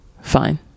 Fine